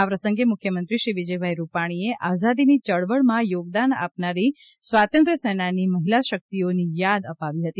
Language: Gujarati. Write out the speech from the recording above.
આ પ્રસંગે મુખ્યમંત્રી વિજયભાઇ રૂપાણીએ આઝાધીની ચળવળમાં યોગદાન આપવાની સ્વાતંત્ર્યસેનાની મહિલા શક્તિઓની યાદ અપાવી હતી